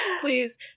Please